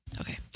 okay